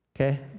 Okay